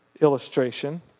illustration